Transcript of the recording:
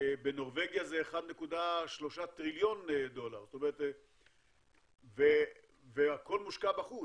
בנורבגיה זה 1.3 טריליון דולר, והכול מושקע בחוץ.